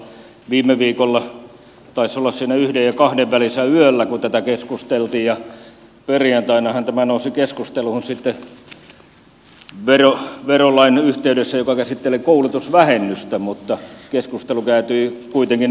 viime viikolla taisi olla siinä yhden ja kahden välissä yöllä kun tästä keskusteltiin ja perjantainahan tämä nousi keskusteluun sitten verolain yhteydessä joka käsittelee koulutusvähennystä mutta keskustelu käytiin kuitenkin yllättäen tästä veropaketista